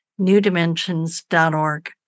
newdimensions.org